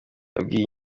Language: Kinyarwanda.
yabwiye